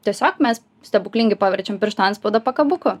tiesiog mes stebuklingai paverčiam piršto atspaudą pakabuku